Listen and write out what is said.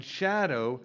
shadow